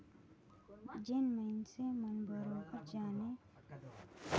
जेन मइनसे मन बरोबेर जाने समुझे नई जेकर बिचारा गंवइहां रहथे ओमन जग ले दो मनमना रिस्वत अंइठल जाथे